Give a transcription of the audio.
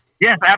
Yes